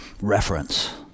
reference